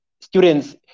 students